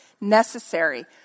necessary